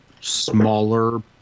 smaller